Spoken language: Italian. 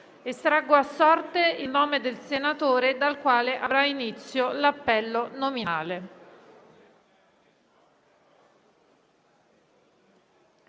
Estraggo ora a sorte il nome del senatore dal quale avrà inizio l'appello nominale.